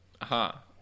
Aha